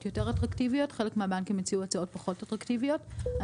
חלק מהבנקים הציעו הצעות יותר אטרקטיביות,